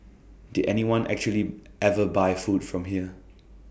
did anyone actually ever buy food from here